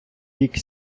рік